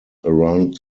around